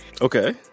Okay